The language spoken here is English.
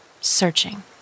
searching